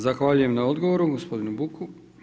Zahvaljujem na odgovoru gospodinu Buku.